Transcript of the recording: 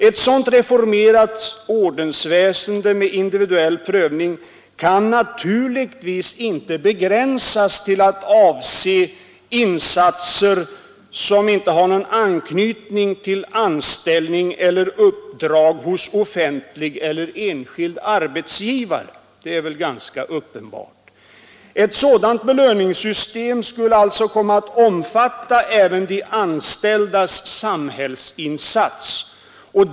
Ett sådant reformerat ordensväsende med individuell prövning kan naturligtvis inte begränsas till att avse insatser som inte har arbetsgivare; det är väl ganska uppenbart. Ett sådant belöningssystem skulle alltså komma att omfatta även de anställdas samhällsinsats.